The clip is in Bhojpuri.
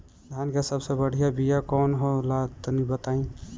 धान के सबसे बढ़िया बिया कौन हो ला तनि बाताई?